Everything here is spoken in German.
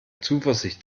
zuversicht